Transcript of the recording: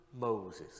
Moses